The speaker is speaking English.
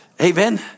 Amen